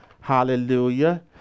Hallelujah